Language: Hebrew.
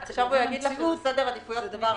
הוא יגיד לך שזה סדר עדיפויות וזו בעיה של המשרד.